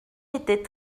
était